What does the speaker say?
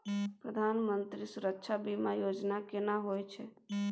प्रधानमंत्री सुरक्षा बीमा योजना केना होय छै?